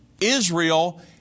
Israel